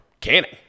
Canning